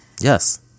Yes